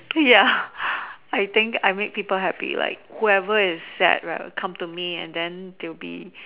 ya I think I make people happy like whoever is sad right will come to me and then they'll be